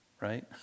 right